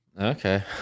Okay